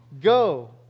go